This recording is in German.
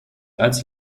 als